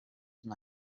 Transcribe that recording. night